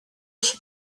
się